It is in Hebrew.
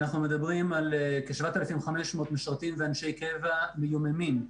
אנחנו מדברים על כ-7,500 משרתים ואנשי קבע שמדי